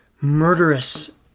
murderous